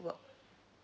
work